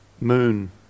moon